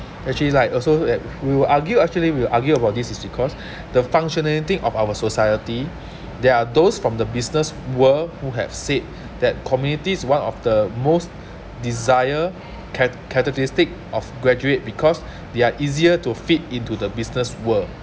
actually like also eh we will argue actually we will argue about this is because the functionality of our society there are those from the business world who have said that community is one of the most desire cat~ characteristics of graduate because they're easier to fit into the business world